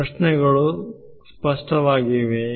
ಪ್ರಶ್ನೆಗಳು ಸ್ಪಷ್ಟವಾಗಿದೆಯೇ